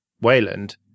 Wayland